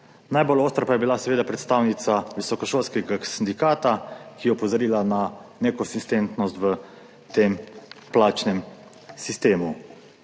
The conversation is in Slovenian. Najbolj ostra pa je bila seveda predstavnica Visokošolskega sindikata, ki je opozorila na nekonsistentnost v tem plačnem sistemu.